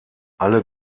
alle